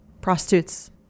prostitutes